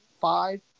five